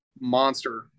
monster